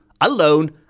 alone